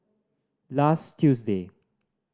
last Tuesday